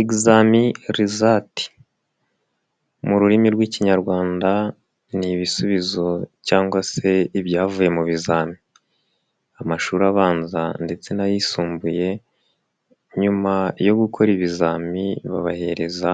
Ezami rezati mu rurimi rw'ikinyarwanda ni ibisubizo cyangwa se ibyavuye mu bizami, amashuri abanza ndetse n'ayisumbuye nyuma yo gukora ibizami babahereza